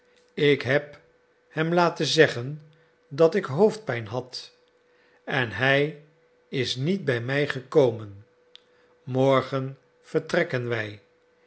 ik heb hem laten zeggen dat ik hoofdpijn had en hij is niet bij mij gekomen morgen vertrekken wij